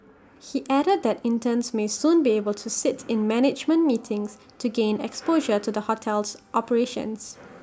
he added that interns may soon be able to sit in management meetings to gain exposure to the hotel's operations